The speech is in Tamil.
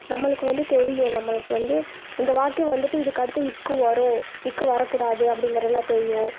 நம்மளுக்கு வந்து தெரியும் நம்மளுக்கு வந்து இந்த வாக்கியம் வந்துவிட்டு இதுக்கு அடுத்து க்கு வரும் க்கு வரக்கூடாது அப்டிங்கிறதுலாம் தெரியும்